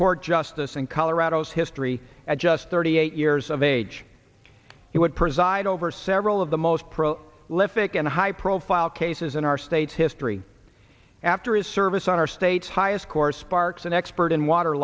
court justice in colorado's history at just thirty eight years of age he would preside over several of the most pro live fic and high profile cases in our state's history after his service on our state's highest court sparks an expert in water